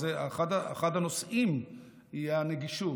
אז אחד הנושאים יהיה הנגישות,